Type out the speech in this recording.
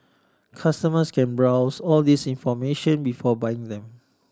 customers can browse all this information before buying them